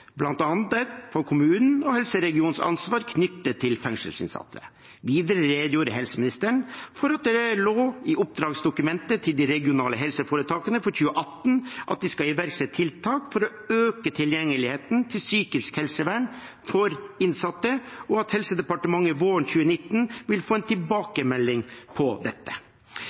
for kommunens og helseregionens ansvar knyttet til fengselsinnsatte. Videre redegjorde helseministeren for at det lå i oppdragsdokumentet til de regionale helseforetakene for 2018 at de skal iverksette tiltak for å øke tilgjengeligheten til psykisk helsevern for innsatte, og at Helsedepartementet våren 2019 vil få en tilbakemelding på dette.